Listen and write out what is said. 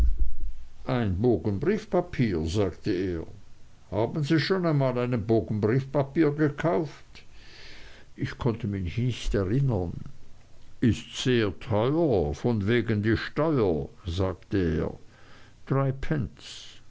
ein bogen briefpapier sagte er haben sie schon einmal einen bogen briefpapier gekauft ich konnte mich nicht erinnern ist sehr teuer von wegen die steuer sagte er drei pence